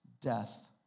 death